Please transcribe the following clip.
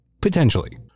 potentially